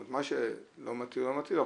מה שלא מתאים לא מתאים,